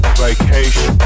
vacation